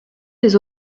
des